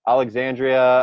Alexandria